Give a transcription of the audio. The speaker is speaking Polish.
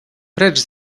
precz